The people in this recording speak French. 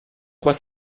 trois